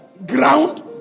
Ground